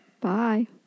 Bye